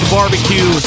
Barbecue